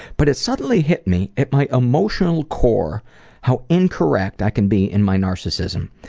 but it suddenly hit me at my emotional core how incorrect i can be in my narcissism.